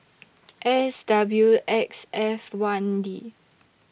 S W X F one D